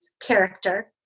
character